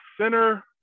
center